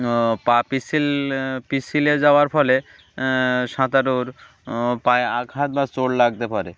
পা পিসিল পিসিলে যাওয়ার ফলে সাঁতারোর পায়ে আঘাত বা চোোর লাগতে পারে